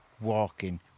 walking